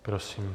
Prosím.